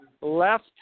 left